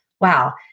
wow